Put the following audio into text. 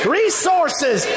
resources